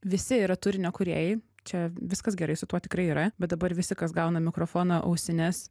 visi yra turinio kūrėjai čia viskas gerai su tuo tikrai yra bet dabar visi kas gauna mikrofoną ausines